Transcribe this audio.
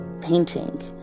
painting